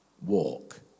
walk